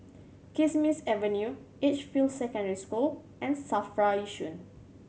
Kismis Avenue Edgefield Secondary School and SAFRA Yishun